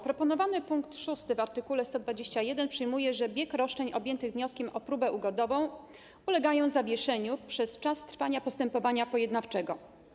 Proponowany pkt 6 w art. 121 określa, że bieg roszczeń objętych wnioskiem o próbę ugodową ulega zawieszeniu na czas trwania postępowania pojednawczego.